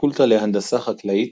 הפקולטה להנדסה חקלאית